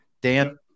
Dan